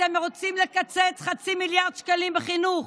אתם רוצים לקצץ חצי מיליארד שקלים בחינוך.